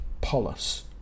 polis